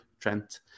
Trent